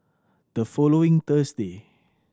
the following Thursday